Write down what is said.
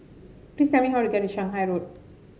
please tell me how to get to Shanghai Road